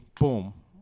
boom